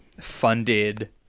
funded